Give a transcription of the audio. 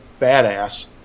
badass